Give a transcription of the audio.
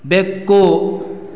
ಬೆಕ್ಕು